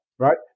right